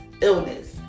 illness